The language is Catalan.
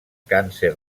càncer